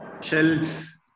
shelves